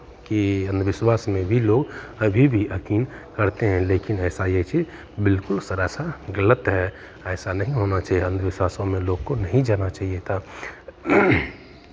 कि अंधविश्वास में भी लोग अभी भी यकीन करते हैं लेकिन ऐसा ये चीज़ बिल्कुल सरासर गलत है ऐसा नहीं होना चाहिए अंधविश्वासों में लोग को नहीं जाना चाहिए था